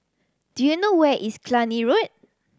do you know where is Cluny Road